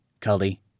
Cully